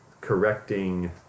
correcting